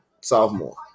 sophomore